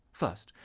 first,